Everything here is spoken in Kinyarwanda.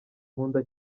nkunda